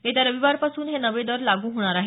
येत्या रविवारपासून हे नवे दर लागू होणार आहेत